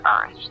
earth